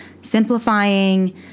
simplifying